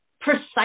precise